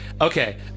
Okay